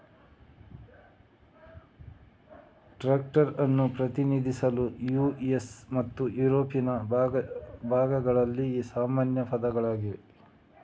tractor ಅನ್ನು ಪ್ರತಿನಿಧಿಸಲು US ಮತ್ತು ಯುರೋಪಿನ ಭಾಗಗಳಲ್ಲಿ ಸಾಮಾನ್ಯ ಪದಗಳಾಗಿವೆ